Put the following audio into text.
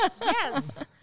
Yes